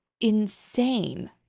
insane